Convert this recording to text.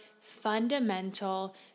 fundamental